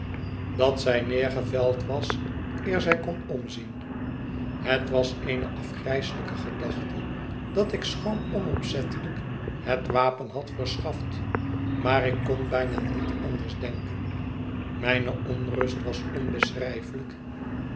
dat zij neergeveld was eer zij kon omzien het was eene afgrijselijke gedachte dat ik schoon onopzettelijk het wapen had verschaft maar ik kon bijna niet anders denken mijne onrust was onbeschrijfelijk